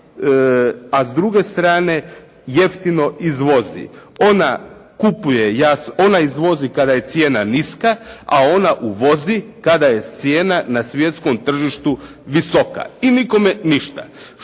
a s druge strane jeftino izvozi. Ona izvozi kada je cijena niska, a ona uvozi kada je cijena na svjetskom tržištu visoka i nikome ništa.